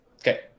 Okay